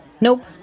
Nope